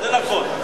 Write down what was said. זה נכון.